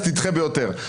אז תדחה ביותר,